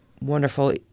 wonderful